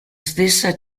stessa